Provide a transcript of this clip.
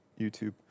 YouTube